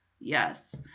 Yes